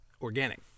organic